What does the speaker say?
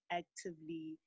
actively